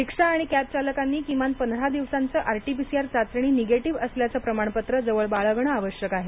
रिक्षा आणि कॅब चालकांनी किमान पंधरा दिवसाचं आरटीपीसीआर चाचणी निगेटिव असल्याचं प्रमाणपत्र जवळ बाळगणं आवश्यक आहे